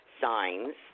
Signs